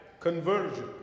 Conversion